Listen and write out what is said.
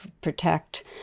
protect